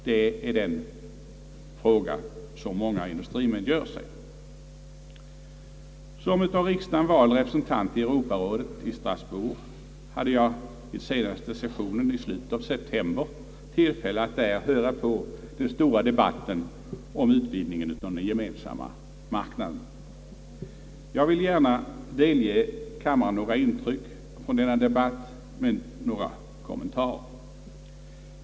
Det är den fråga som många industrimän gör sig. Som av riksdagen vald representant i Europarådet i Strasbourg hade jag vid den senaste sessionen i slutet av september tillfälle att där höra på den stora debatten om utvidgningen av den gemensamma marknaden, Jag vill gärna delge kammaren några intryck från denna debatt jämte några kommentarer.